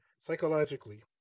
psychologically